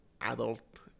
adult